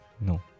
No